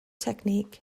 technique